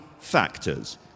factors